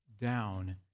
down